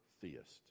theist